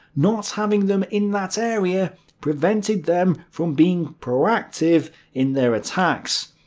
not having them in that area prevented them from being proactive in their attacks.